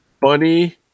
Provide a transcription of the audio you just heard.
bunny